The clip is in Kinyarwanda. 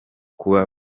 kuba